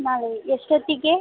ನಾಳೆ ಎಷ್ಟೊತ್ತಿಗೆ